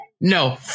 No